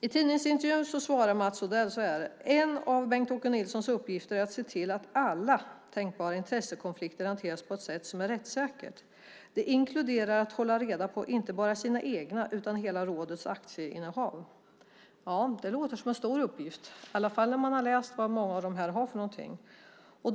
I tidningsintervjun säger Mats Odell följande om Bengt-Åke Nilsson: "En av hans uppgifter är att se till att alla tänkbara intressekonflikter hanteras på ett sätt som är rättssäkert. Det inkluderar att hålla reda på inte bara sina egna utan hela rådets aktieinnehav." Det låter som en stor uppgift, i alla fall när man har läst vad många av dem har för något.